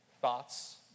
thoughts